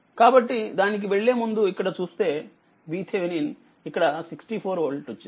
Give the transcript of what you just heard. కాబట్టి దానికి వెళ్లేముందు ఇక్కడ చూస్తేVThevenin ఇక్కడ64వోల్ట్వచ్చింది